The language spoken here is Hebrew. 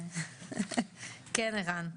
אני חושב שזה יהיה ראוי להעלות אותם לוועדה.